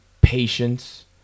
Patience